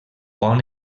bon